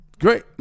great